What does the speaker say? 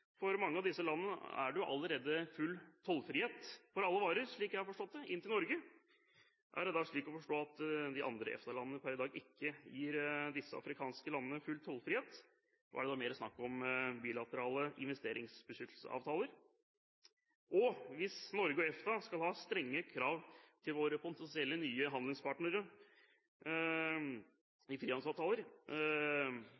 For mange av disse landene er det allerede full tollfrihet for alle varer inn til Norge, slik jeg har forstått det. Er det da slik å forstå at de andre EFTA-landene per i dag ikke gir disse afrikanske landene full tollfrihet? Er det da mer snakk om bilaterale investeringsbeskyttelsesavtaler? Hvis Norge og EFTA skal ha strenge krav til våre potensielle nye handelspartnere